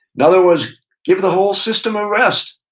another was give the whole system a rest.